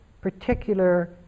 particular